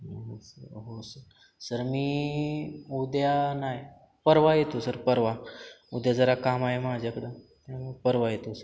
हो सर हो sir sir मी उद्या नाही परवा येतो सर परवा उद्या जरा काम आहे माझ्याकडं मग परवा येतो सर